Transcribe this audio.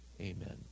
Amen